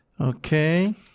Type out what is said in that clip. okay